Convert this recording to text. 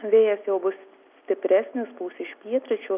vėjas jau bus stipresnis pūs iš pietryčių